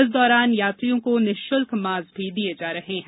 इस दौरान यात्रियों को निःशुल्क मास्क भी दिये जा रहे हैं